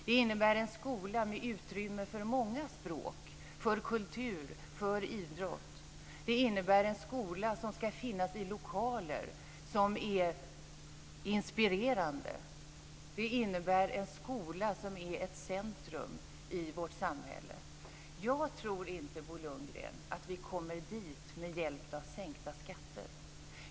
Det innebär en skola med utrymme för många språk, för kultur, för idrott. Det innebär en skola som ska finnas i lokaler som är inspirerande. Det innebär en skola som är ett centrum i vårt samhälle. Jag tror inte, Bo Lundgren, att vi kommer dit med hjälp av sänkta skatter.